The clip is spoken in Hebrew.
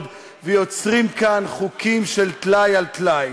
ויוצרים כאן חוקים של טלאי על טלאי.